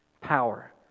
Power